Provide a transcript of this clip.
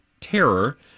terror